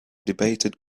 debated